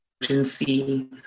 emergency